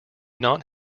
not